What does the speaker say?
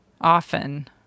often